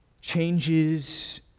changes